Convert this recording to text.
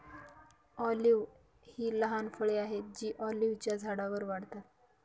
olive ही लहान फळे आहेत जी ऑलिव्हच्या झाडांवर वाढतात